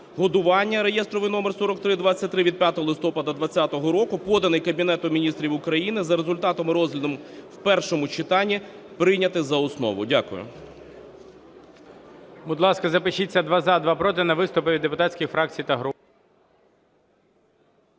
годування (реєстровий номер 4323) (від 5 листопада 2020 року) (поданий Кабінетом Міністрів України) за результатами розгляду в першому читанні прийняти за основу. Дякую.